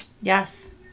Yes